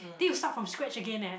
then you start from scratch again leh